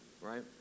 right